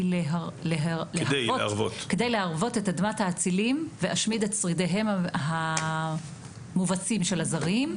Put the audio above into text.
כדי להרוות את אדמת האצילים ואשמיד את שרידיהם המובסים של הזרים.